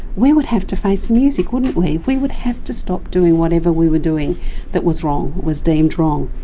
we would have to face the music wouldn't we, we would have to stop doing whatever we were doing that was wrong, was deemed wrong,